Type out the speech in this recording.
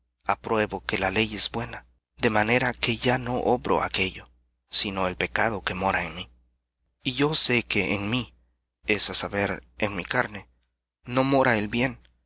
apruebo que la ley es buena de manera que ya no obro aquello sino el pecado que mora en mí y yo sé que en mí es á saber en mi carne no mora el bien